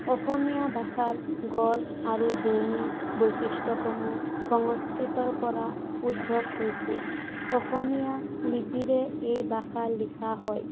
অসমীয়া ভাষাৰ গঢ় আৰু ধ্বনিৰ বৈশিষ্ট্য়সমূহ সংস্কৃতৰ পৰা উদ্ভৱ হৈছে অসমীয়া লিপিৰে এই ভাষা লিখা হয়